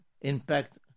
impact